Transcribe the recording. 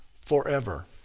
forever